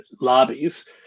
lobbies